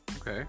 Okay